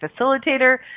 Facilitator